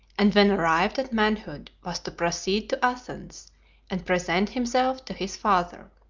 and when arrived at manhood was to proceed to athens and present himself to his father.